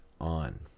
on